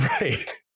right